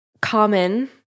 common